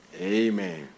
Amen